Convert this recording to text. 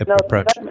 approach